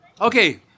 Okay